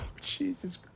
Jesus